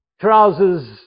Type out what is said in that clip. trousers